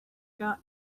got